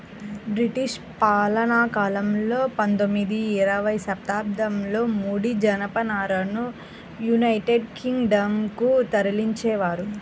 British పాలనాకాలంలో పందొమ్మిది, ఇరవై శతాబ్దాలలో ముడి జనపనారను యునైటెడ్ కింగ్ డం కు తరలించేవారు